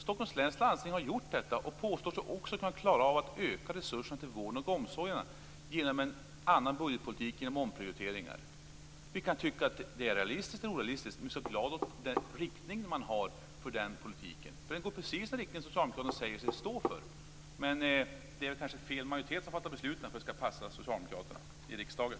Stockholms läns landsting har gjort detta och påstår sig också kunna klara av att öka resurserna till vården och omsorgen genom en annan budgetpolitik och genom omprioriteringar. Vi kan tycka att det är realistiskt eller orealistiskt, men var glada åt den riktning man har för politiken! Politiken går precis i den riktning som socialdemokraterna säger sig stå för. Det är kanske fel majoritet som fattar besluten för att det skall passa socialdemokraterna i riksdagen.